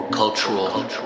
cultural